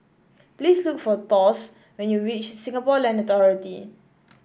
please look for Thos when you reach Singapore Land Authority